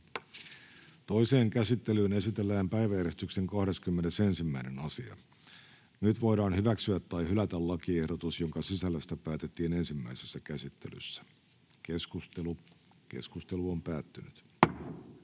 Toiseen käsittelyyn esitellään päiväjärjestyksen 29. asia. Nyt voidaan hyväksyä tai hylätä lakiehdotus, jonka sisällöstä päätettiin ensimmäisessä käsittelyssä. — Keskustelu, edustaja